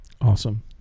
Awesome